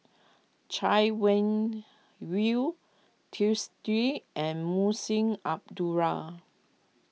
Chay Weng Yew Twisstii and Munshi Abdullah